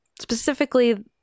Specifically